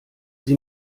sie